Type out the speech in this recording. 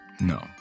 No